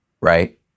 right